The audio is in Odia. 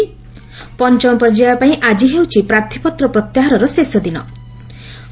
ପଞ୍ଚମ ପର୍ଯ୍ୟାୟ ପାଇଁ ଆଜି ହେଉଛି ପ୍ରାର୍ଥୀପତ୍ର ପ୍ରତ୍ୟାହାରର ଶେଷ ଦିନ୍ନ